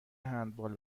هندبال